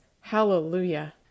Hallelujah